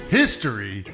history